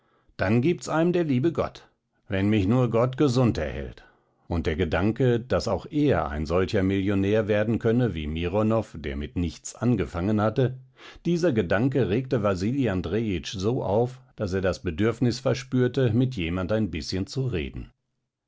dann gibt's einem der liebe gott wenn mich nur gott gesund erhält und der gedanke daß auch er ein solcher millionär werden könne wie mironow der mit nichts angefangen hatte dieser gedanke regte wasili andrejitsch so auf daß er das bedürfnis verspürte mit jemand ein bißchen zu reden